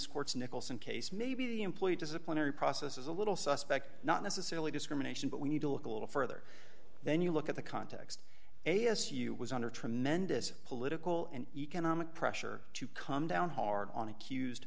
court's nicholson case maybe the employee disciplinary process is a little suspect not necessarily discrimination but we need to look a little further then you look at the context a s u was under tremendous political and economic pressure to come down hard on accused